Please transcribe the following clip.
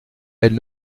elle